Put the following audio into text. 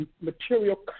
material